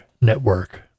network